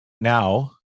now